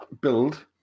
build